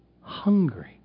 hungry